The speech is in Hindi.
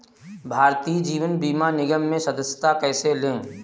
भारतीय जीवन बीमा निगम में सदस्यता कैसे लें?